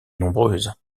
nombreuses